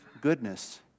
goodness